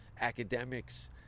academics